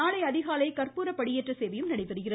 நாளை அதிகாலை கற்பூர படியேற்ற சேவையும் நடைபெறுகிறது